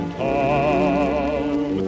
town